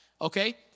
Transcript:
Okay